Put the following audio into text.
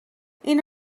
این